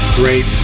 great